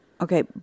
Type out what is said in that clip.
Okay